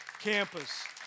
campus